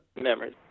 memories